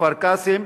כפר-קאסם,